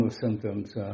symptoms